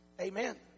Amen